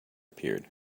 appeared